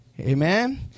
Amen